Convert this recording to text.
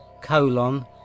colon